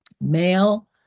male